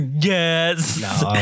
Yes